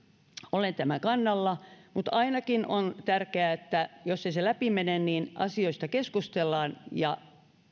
olen tämän kannalla mutta ainakin on tärkeää että jos se ei mene läpi niin asioista keskustellaan ja